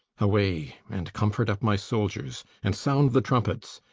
away, and comfort up my soldiers, and sound the trumpets,